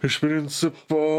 iš principo